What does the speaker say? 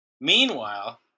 Meanwhile